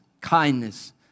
kindness